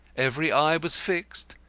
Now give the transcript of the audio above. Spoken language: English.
every eye was fixed,